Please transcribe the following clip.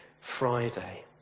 Friday